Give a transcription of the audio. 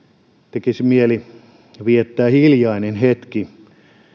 tekisi mieli viettää hiljainen hetki